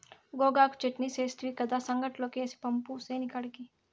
గోగాకు చెట్నీ సేస్తివి కదా, సంగట్లోకి ఏసి పంపు సేనికాడికి